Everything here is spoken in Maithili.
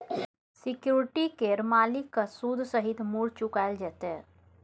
सिक्युरिटी केर मालिक केँ सुद सहित मुर चुकाएल जेतै